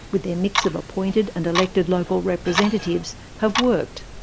with their mix of appointed and elected local representatives, have worked.